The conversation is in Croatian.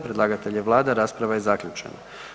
Predlagatelj je Vlada, rasprava je zaključena.